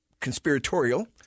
conspiratorial